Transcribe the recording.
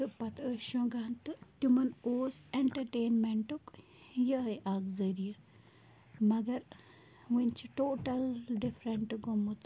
تہٕ پَتہٕ ٲسۍ شۄنٛگان تہٕ تِمَن اوس اٮ۪نٹَرٹینمٮ۪نٛٹُک یِہوٚے اَکھ ذٔریعہ مگر وٕنۍ چھِ ٹوٹَل ڈِفرَنٛٹ گوٚمُت